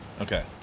Okay